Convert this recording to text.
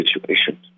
situation